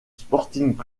sporting